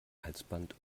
halsband